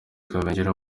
kabengera